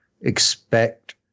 expect